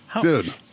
Dude